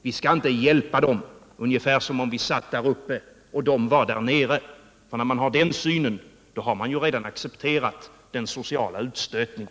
Vi skall inte hjälpa dem ungefär som om vi satt där uppe och de där nere. Har man det synsättet har man redan accepterat den sociala utstötningen.